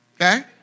okay